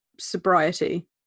sobriety